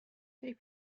they